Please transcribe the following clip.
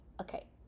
Okay